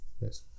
Yes